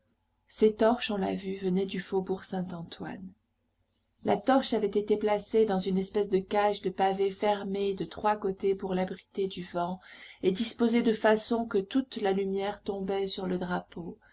ces torches on l'a vu venaient du faubourg saint-antoine la torche avait été placée dans une espèce de cage de pavés fermée de trois côtés pour l'abriter du vent et disposée de façon que toute la lumière tombait sur le drapeau